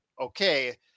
okay